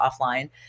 offline